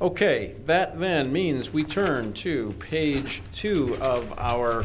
ok that then means we turn to page two of our